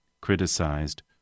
criticized